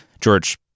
George